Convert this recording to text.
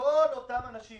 שכל אותם אנשים